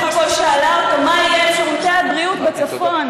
הכול שאלה אותו מה יהיה עם שירותי הבריאות בצפון,